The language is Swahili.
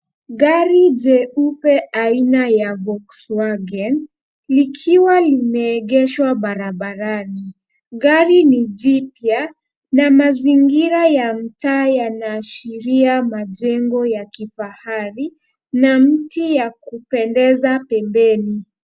Gari jeupe aina ya volkswagen likiwa limeegeshwa barabarani. Gari ni jipya na mazingira ya mtaa yanaashiria majengo ya kifahari na miti ya kupendeza pembeni.